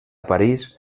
parís